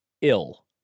ill